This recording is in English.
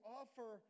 offer